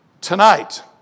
tonight